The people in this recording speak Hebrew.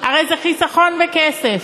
הרי זה חיסכון בכסף,